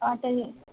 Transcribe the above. हा त्यांनी